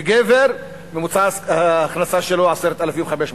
ממוצע ההכנסה שלו הוא 10,500 שקלים.